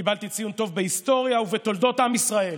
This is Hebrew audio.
קיבלתי ציון טוב בהיסטוריה ובתולדות עם ישראל.